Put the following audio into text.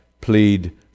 plead